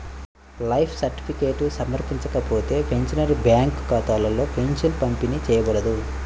life certificate సమర్పించకపోతే, pensioner bank ఖాతాలో pension పంపిణీ చేయబడదు